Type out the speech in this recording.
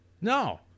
No